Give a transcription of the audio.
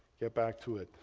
get back to it.